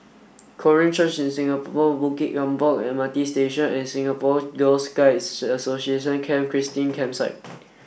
Korean Church in Singapore Bukit Gombak M R T Station and Singapore Girl Guides Association Camp Christine Campsite